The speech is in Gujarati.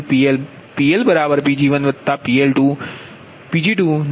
66 કુલ PL PLPg1Pg2